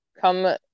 come